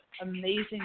amazing